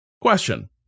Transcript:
Question